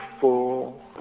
full